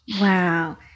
Wow